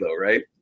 right